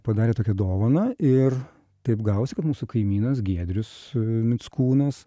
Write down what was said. padarė tokią dovaną ir taip gavosi kad mūsų kaimynas giedrius mickūnas